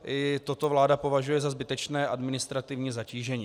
I toto vláda považuje za zbytečné administrativní zatížení.